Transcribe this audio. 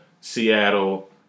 Seattle